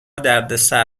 دردسر